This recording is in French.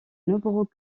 nombreux